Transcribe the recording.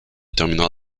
terminera